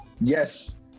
Yes